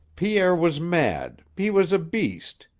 pierre was mad, he was a beast,